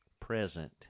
present